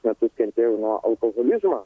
metus kentėjau nuo alkoholizma